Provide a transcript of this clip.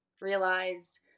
realized